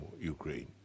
Ukraine